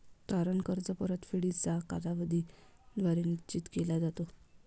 तारण कर्ज परतफेडीचा कालावधी द्वारे निश्चित केला जातो